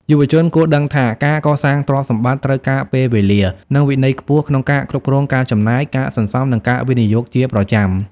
យុវជនគួរដឹងថា ការកសាងទ្រព្យសម្បត្តិត្រូវការពេលវេលា និងវិន័យខ្ពស់ក្នុងការគ្រប់គ្រងការចំណាយ ការសន្សំ និងការវិនិយោគជាប្រចាំ។